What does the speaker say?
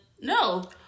no